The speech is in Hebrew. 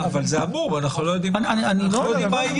אבל זה עמום, אנחנו לא יודעים מה יהיה.